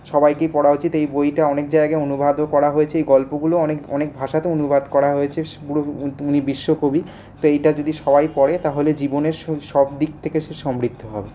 সবাইকেই পড়া উচিত এই বইটা অনেক জায়গায় অনুবাদও করা হয়েছে এই গল্পগুলোও অনেক অনেক ভাষাতে অনুবাদ করা হয়েছে পুরো উনি বিশ্বকবি তো এইটা যদি সবাই পড়ে তাহলে জীবনের সবদিক থেকে সে সমৃদ্ধ হবে